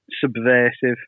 subversive